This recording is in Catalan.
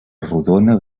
rodona